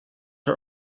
are